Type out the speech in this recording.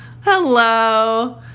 Hello